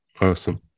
Awesome